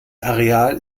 areal